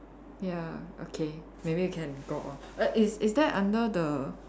ya okay maybe you can go on err is is that under the